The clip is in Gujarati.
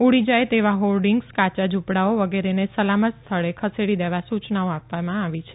ઉડી જાથ તેવા હોર્ડીંગ્સ કાયા ઝુપડાઓ વગેરેને સલામત સ્થળે ખસેડી દેવા સુયનાઓ આપી દેવામાં આવી છે